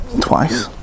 twice